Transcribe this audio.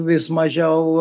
vis mažiau